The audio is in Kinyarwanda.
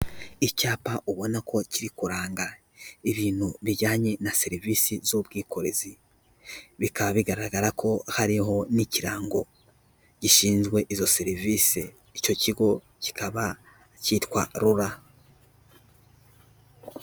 Icyapa ubona ko kiri kuranga ibintu bijyanye na serivisi z'ubwikorezi. Bikaba bigaragara ko hariho n'ikirango gishinzwe izo serivisi. Icyo kigo kikaba cyitwa RURA.